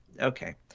Okay